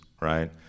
right